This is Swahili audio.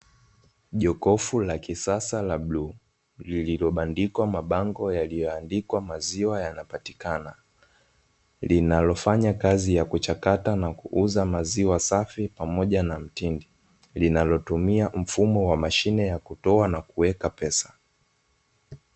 Jokofu la kisasa la bluu, lililobandikwa mabango yaliyoandikwa maziwa yanapatikana, linalofanya kazi ya kuchakata na kuuza maziwa safi pamoja na mtindi, linalotumia mfumo wa mashine ya kutoa na kuweka pesa.